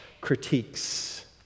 critiques